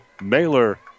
Mailer